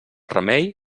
remei